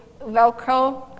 Velcro